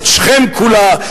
את שכם כולה,